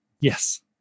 Yes